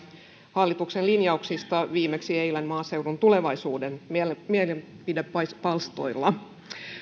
hallituksen linjauksista viimeksi eilen maaseudun tulevaisuuden mielipidepalstoilla